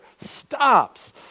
stops